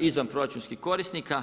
izvanproračunskih korisnika.